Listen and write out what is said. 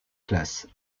classes